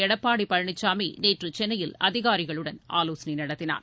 எடப்பாடி பழனிசாமி நேற்று சென்னையில் அதிகாரிகளுடன் ஆலோசனை நடத்தினார்